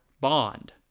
Bond